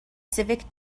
civic